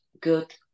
good